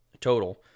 Total